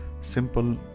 Simple